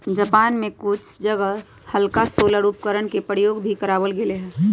Japan में कुछ जगह हल्का सोलर उपकरणवन के प्रयोग भी करावल गेले हल